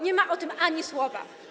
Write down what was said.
Nie ma o tym ani słowa.